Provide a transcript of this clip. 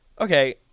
okay